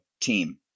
team